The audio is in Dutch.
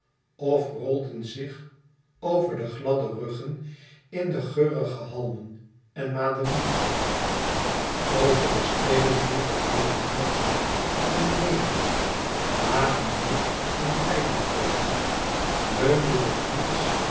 of rolden zich over de gladde ruggen in de geurige halmen en madelieven over de steenen hing de leeuwenhuid van nemea lagen boog en pijlenkoker leunde de knots